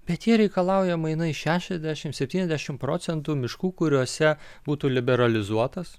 bet jie reikalauja mainais šešiasdešimt septyniasdešimt procentų miškų kuriuose būtų liberalizuotas